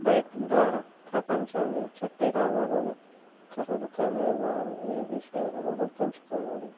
bike ద్వారా ప్రపంచాన్ని చుట్టి రావాలని కలలు కనే వారు ఈ విషయాలను గుర్తుంచుకోవాలి